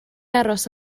aros